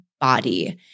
body